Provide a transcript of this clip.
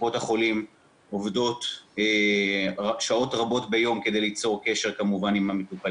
קופות החולים עובדות שעות רבות ביום כדי ליצור קשר עם המטופלים,